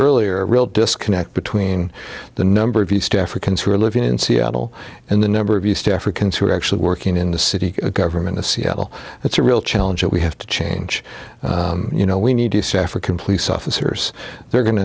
earlier a real disconnect between the number of east africans who are living in seattle and the number of east africans who are actually working in the city government to seattle that's a real challenge that we have to change you know we need to see african police officers they're going to